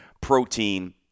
protein